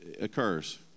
occurs